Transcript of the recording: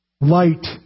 light